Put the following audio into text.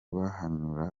bahanyura